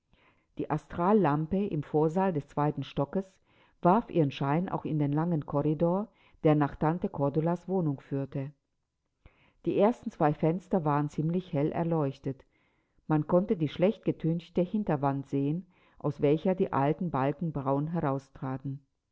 die astrallampe im vorsaal des zweiten stockes warf ihren schein auch in den langen korridor der nach tante cordulas wohnung führte die ersten zwei fenster waren ziemlich hell erleuchtet man konnte die schlechtgetünchte hinterwand sehen aus welcher die alten balken braun heraustraten